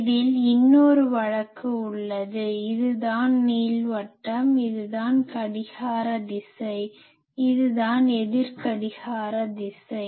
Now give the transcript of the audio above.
இதில் இன்னொரு வழக்கு உள்ளது இதுதான் நீள்வட்டம் இதுதான் கடிகார திசை இதுதான் எதிர் கடிகார திசை